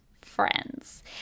friends